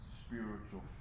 spiritual